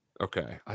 Okay